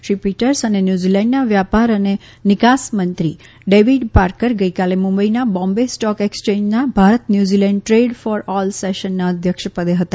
Shri Peters અને ન્યૂઝીલેન્ડના વ્યાપાર અને નિકાસ મંત્રી ડેવિડ પાર્કર ગઇકાલે મુંબઈના બોમ્બે સ્ટોક એક્સચેન્જમાં ભારત ન્યૂઝીલેન્ડ ફોર ઓલ સેશનના અધ્યક્ષપદે હતા